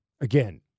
again